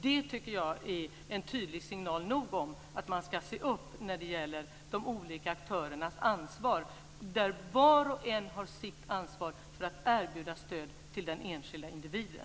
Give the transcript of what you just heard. Det tycker jag är signal nog om att man ska se upp när det gäller de olika aktörernas ansvar. Var och en har sitt ansvar för att erbjuda stöd till den enskilda individen.